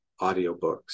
audiobooks